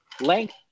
Length